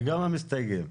וגם המסתייגים.